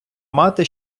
мати